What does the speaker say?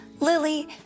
Lily